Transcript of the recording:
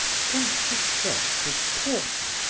quenched his thirst with porter,